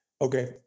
Okay